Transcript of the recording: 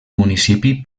municipi